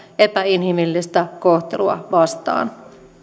epäinhimillistä kohtelua vastaan